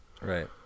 right